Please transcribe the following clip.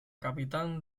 capitán